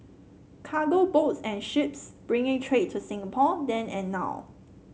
cargo boats and ships bringing trade to Singapore then and now